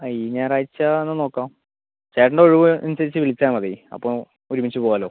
ആ ഈ ഞായറാഴ്ച്ച എന്നാൽ നോക്കാം ചേട്ടൻ്റെ ഒഴിവനുസരിച്ച് വിളിച്ചാൽ മതി അപ്പോൾ ഒരുമിച്ച് പോകാമല്ലോ